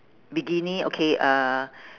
bikini okay uh